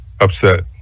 upset